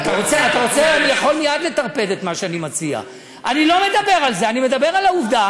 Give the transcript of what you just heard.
הוא לא נכון,